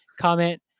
Comment